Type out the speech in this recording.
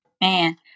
Man